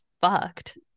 fucked